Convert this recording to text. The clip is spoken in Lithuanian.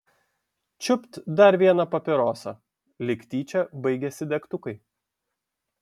čiupt dar vieną papirosą lyg tyčia baigėsi degtukai